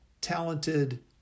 talented